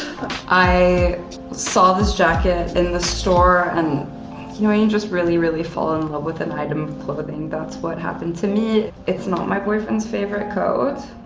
i saw this jacket in the store and you know when you just really, really fall in love with an item of clothing, that's what happened to me. it's not my boyfriend's favorite coat,